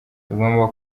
tugomba